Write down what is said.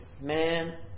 man